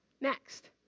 Next